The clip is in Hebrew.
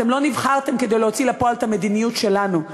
אתם לא נבחרתם כדי להוציא לפועל את המדיניות שלנו.